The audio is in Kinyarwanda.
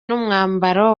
n’umwambaro